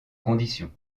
conditions